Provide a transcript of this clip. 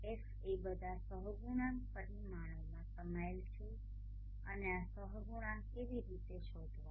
X એ બધા સહગુણાંક પરિમાણોમાં સમાયેલ છે અને આ સહગુણાંક કેવી રીતે શોધવા